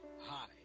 Hi